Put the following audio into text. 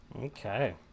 Okay